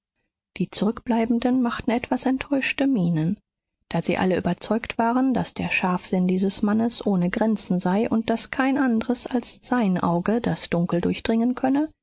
die zurückbleibenden machten etwas enttäuschte mienen da sie alle überzeugt waren daß der scharfsinn dieses mannes ohne grenzen sei und daß kein andres als sein auge das dunkel durchdringen könne